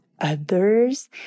others